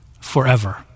forever